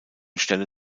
stelle